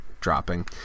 dropping